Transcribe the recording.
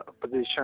position